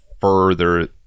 further